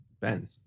Ben